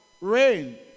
rain